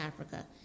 Africa